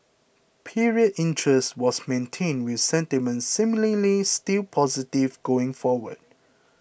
period interest was maintained with sentiment seemingly still positive going forward